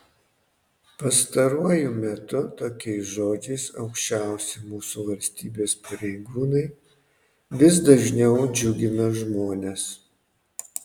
pastaruoju metu tokiais žodžiais aukščiausi mūsų valstybės pareigūnai vis dažniau džiugina žmones